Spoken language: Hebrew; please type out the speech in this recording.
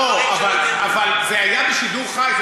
לא, זה היה בשידור חי.